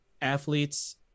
athletes